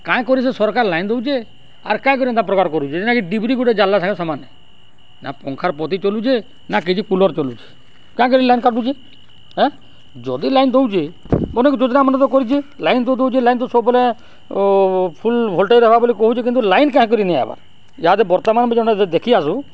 କାଏଁ କରି ସେ ସର୍କାର୍ ଲାଇନ୍ ଦଉଚେ ଆର୍ କାଁ କରି ଏନ୍ତା ପ୍ରକାର୍ କରୁଚେ ଯେନ୍ତାକି ଡିବ୍ରୀ ଗୁଟେ ଜାଲ୍ଲା ସାଙ୍ଗେ ସେମାନ୍ ନା ପଙ୍ଖାର୍ ପତି ଚଲୁଚେ ନା କିଛି କୁଲର୍ ଚଲୁଚେ କାଁ କରି ଲାଇନ୍ କାଟୁଚେ ଏଁ ଯଦି ଲାଇନ୍ ଦଉଚେ ବନେ ଯୋଜ୍ନାମନେ ତ କରିଛେ ଲାଇନ୍ ତ ଦଉଚେ ଲାଇନ୍ ତ ସବୁବେଲେ ଫୁଲ୍ ଭୋଲ୍ଟେଜ୍ ହେବା ବୋଲି କହୁଚେ କିନ୍ତୁ ଲାଇନ୍ କାଁ କରି ନେଇଁ ଆଏବାର୍ ଇହାଦେ ବର୍ତ୍ତମାନ୍ ବି ଜଣେ ଦେଖି ଆସୁ